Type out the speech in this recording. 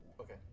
Okay